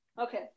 Okay